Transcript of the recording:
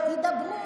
מי יפגע בנשים?